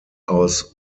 aus